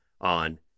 on